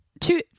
Two